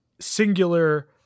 singular